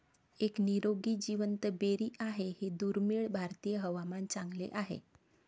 एक निरोगी जिवंत बेरी आहे हे दुर्मिळ भारतीय हवामान चांगले आहे